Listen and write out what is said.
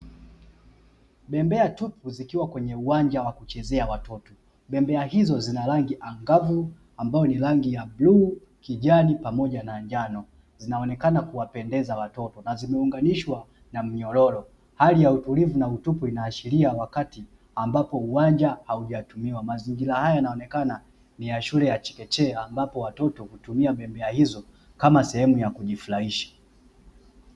Bembea tupu zikiwa kwenye uwanja wa kuchezea watoto. Bembea hizo zina rangi angavu ambayo ni rangi ya bluu, kijani pamoja na njano. Zinaonekana kuwapendeza watoto na zimeunganishwa na mnyororo. Hali ya utulivu na utupu inaashiria wakati ambapo uwanja haujatumiwa. Mazingira haya yanaonekana ni ya shule ya chekechea, ambapo watoto hutumia bembea hizo kama sehemu ya kujifurahisha.